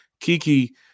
Kiki